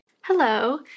Hello